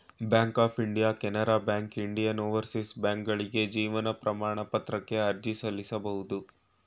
bank of India Canara bank Indian overseas ಬ್ಯಾಂಕ್ಕ್ಗಳಿಗೆ ಜೀವನ ಪ್ರಮಾಣ ಪತ್ರಕ್ಕೆ ಅರ್ಜಿ ಸಲ್ಲಿಸಬಹುದು